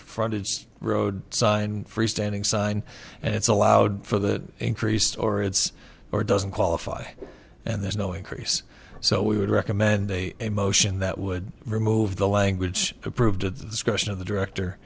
it's road sign freestanding sign and it's allowed for that increase or it's or doesn't qualify and there's no increase so we would recommend a motion that would remove the language approved discussion of the director